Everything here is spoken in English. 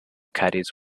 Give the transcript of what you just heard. caddies